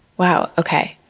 wow. ok.